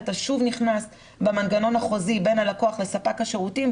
אתה שוב נכנס במנגנון החוזי בין הלקוח לספק השירותים,